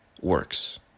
works